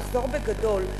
נחזור בגדול,